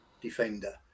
defender